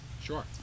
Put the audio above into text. Sure